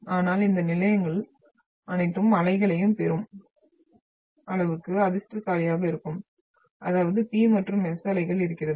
ஆனால் இந்த நிலையங்கள் அனைத்து அலைகளையும் பெறும் அளவுக்கு அதிர்ஷ்டசாலியாக இருக்கும் அதாவது P மற்றும் S அலைகள் இருக்கிறது